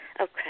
Okay